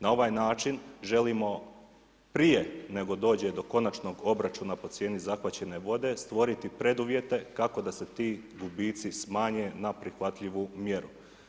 Na ovaj način želimo prije nego dođe do konačnog obračuna po cijeni zahvaćene vode stvoriti preduvjete kako da se ti gubici smanje na prihvatljivu mjeru.